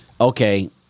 Okay